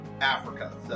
Africa